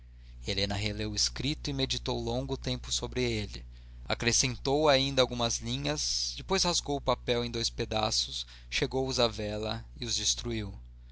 releu o escrito e meditou longo tempo sobre ele acrescentou ainda algumas linhas depois rasgou o papel em dois pedaços chegou os à vela e os destruiu